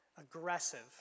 aggressive